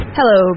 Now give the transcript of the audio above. Hello